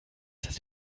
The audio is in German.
das